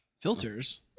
Filters